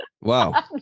Wow